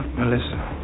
Melissa